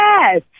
Yes